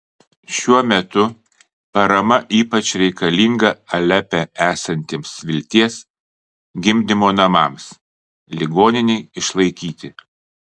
šiuo metu parama ypač reikalinga alepe esantiems vilties gimdymo namams ligoninei išlaikyti